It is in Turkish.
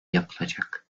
yapılacak